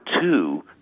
two